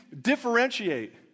differentiate